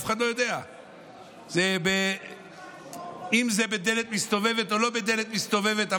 אף אחד לא יודע אם זה בדלת מסתובבת או לא בדלת מסתובבת,